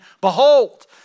Behold